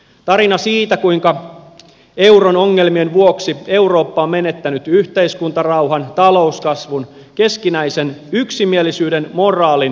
tarina siitä kuinka euron ongelmien vuoksi eurooppa on menettänyt yhteiskuntarauhan talouskasvun keskinäisen yksimielisyyden moraalin ja demokratian